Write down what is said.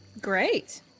Great